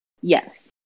Yes